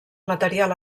material